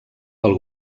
pel